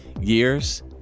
years